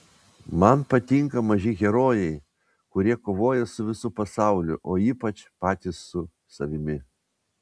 man patinka maži herojai kurie kovoja su visu pasauliu o ypač patys su savimi